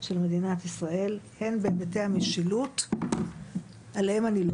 של מדינת ישראל הן בהיבטי המשילות עליהם אני לא